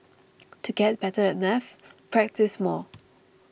to get better at maths practise more